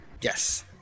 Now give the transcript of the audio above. yes